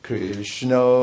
Krishna